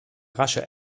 rasche